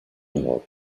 europe